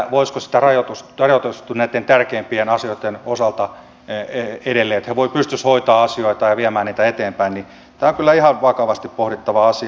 tämä voisiko sitä rajoitusta muuttaa näitten tärkeimpien asioitten osalta edelleen että he pystyisivät hoitamaan asioita ja viemään niitä eteenpäin on kyllä ihan vakavasti pohdittava asia